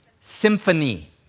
Symphony